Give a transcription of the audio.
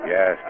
Yes